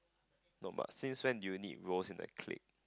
no but since when do you need roles in a clique